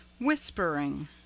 whispering